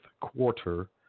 quarter